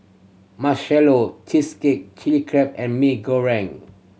marshallow cheesecake Chili Crab and Mee Goreng